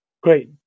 Great